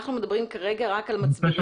אנחנו כרגע מדברים רק על מצברים.